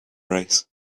race